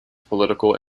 political